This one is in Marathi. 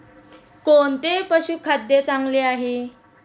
कोणते पशुखाद्य चांगले आहे?